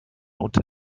unter